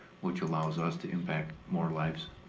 which allows us to impact more lives,